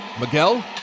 Miguel